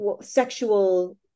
sexual